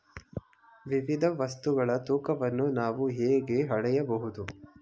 ವಿವಿಧ ವಸ್ತುಗಳ ತೂಕವನ್ನು ನಾವು ಹೇಗೆ ಅಳೆಯಬಹುದು?